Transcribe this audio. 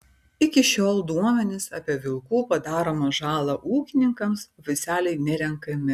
iki šiol duomenys apie vilkų padaromą žalą ūkininkams oficialiai nerenkami